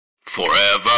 Forever